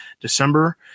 December